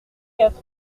quatre